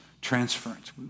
transference